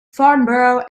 farnborough